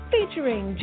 Featuring